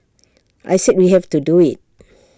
I said we have to do IT